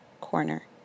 corner